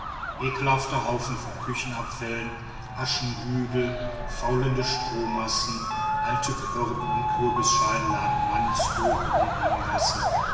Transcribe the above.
ekelhafte haufen von küchenabfällen aschenhügel faulende strohmassen alte körbe und kürbisschalen lagen mannshoch in den engen gassen